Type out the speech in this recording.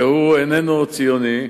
והוא איננו ציוני,